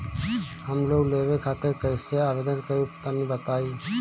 हम लोन लेवे खातिर कइसे आवेदन करी तनि बताईं?